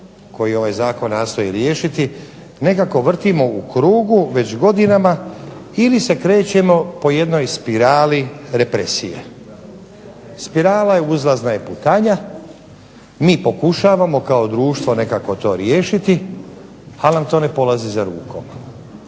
koji ovaj zakon nastoji riješiti nekako vrtimo u krugu već godinama ili se krećemo po jednoj spirali represije. Spirala je, uzlazna je putanja. Mi pokušavamo kao društvo nekako to riješiti ali nam to ne polazi za rukom.